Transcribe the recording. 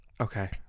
Okay